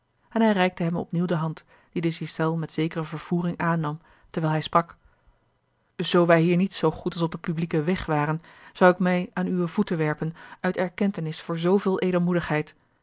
en hij reikte hem opnieuw de hand die de ghiselles met zekere vervoering aannam terwijl hij sprak zoo wij hier niet zoo goed als op den publieken weg waren zou ik mij aan uwe voeten werpen uit erkentenis voor zooveel